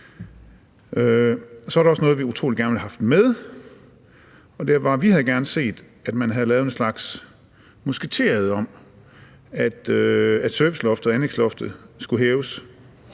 ville have haft med. Vi havde gerne set, at man havde lavet en slags musketered om, at serviceloftet og anlægsloftet skulle hæves,